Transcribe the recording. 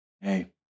Hey